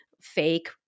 fake